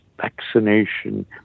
vaccination